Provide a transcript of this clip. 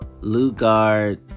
Lugar